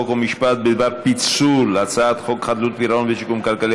חוק ומשפט בדבר פיצול הצעת חוק חדלות פירעון ושיקום כלכלי,